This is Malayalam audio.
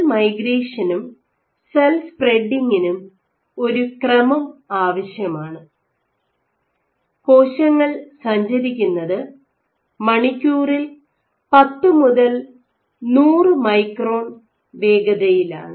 സെൽ മൈഗ്രേഷനും സെൽ സ്പ്രെഡിങ്ങിനും ഒരു ക്രമം ആവശ്യമാണ് കോശങ്ങൾ സഞ്ചരിക്കുന്നത് മണിക്കൂറിൽ 10 മുതൽ 100 മൈക്രോൺ വേഗതയിലാണ്